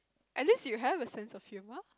at least you have a sense of humor